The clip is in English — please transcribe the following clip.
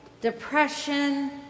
depression